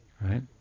Right